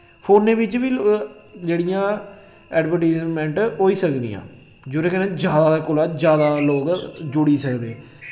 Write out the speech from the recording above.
फोनै बिच्च बी लो जेह्ड़ियां एडवरटीजमैंट होई सकदियां जुदे कन्नै ज्यादा कोला ज्यादा लोक जुड़ी सकदे